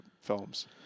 films